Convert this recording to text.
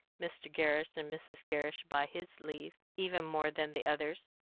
mr. gerrish, and mrs. gerrish by his leave, even more than the others.